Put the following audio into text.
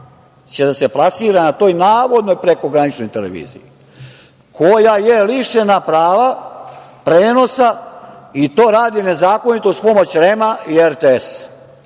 će da se plasira na toj navodnoj prekograničnoj televiziji koja je lišena prava prenosa i to radi nezakonito uz pomoć REM-a i